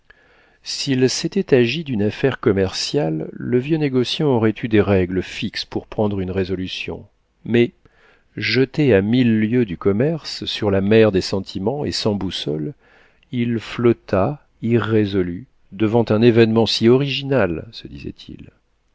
s'il s'était agi d'une affaire commerciale le vieux négociant aurait eu des règles fixes pour prendre une résolution mais jeté à mille lieues du commerce sur la mer des sentiments et sans boussole il flotta irrésolu devant un événement si original se disait-il